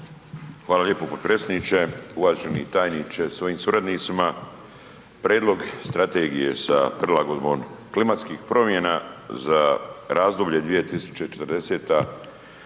Hvala lijepo potpredsjedniče. Uvaženi tajniče sa svojim suradnicima, Prijedlog Strategije za prilagodbom klimatskih promjena za razdoblje 2040.